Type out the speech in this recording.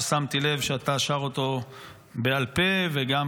ששמתי לב שאתה שר אותו בעל פה וגם,